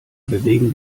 bewegen